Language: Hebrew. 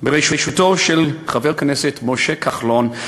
בראשותו של חבר הכנסת משה כחלון,